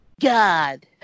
God